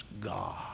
God